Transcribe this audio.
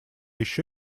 ещё